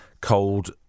cold